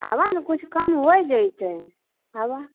आबऽ ने किछु कम होइ जेतै आबऽ